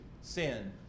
sin